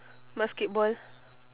basketball